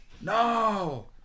No